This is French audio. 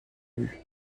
vue